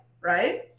Right